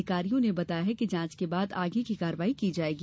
अधिकारियों ने बताया कि जांच के बाद आगे की कार्यवाई की जायेगी